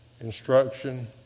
instruction